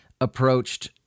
approached